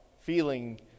feeling